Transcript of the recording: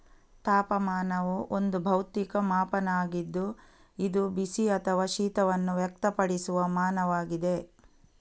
ತಾಪಮಾನವು ಒಂದು ಭೌತಿಕ ಮಾಪನ ಆಗಿದ್ದು ಇದು ಬಿಸಿ ಅಥವಾ ಶೀತವನ್ನು ವ್ಯಕ್ತಪಡಿಸುವ ಮಾನವಾಗಿದೆ